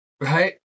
right